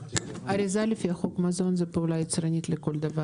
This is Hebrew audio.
אריזה לפי חוק מזון זאת פעולה יצרנית לכל דבר.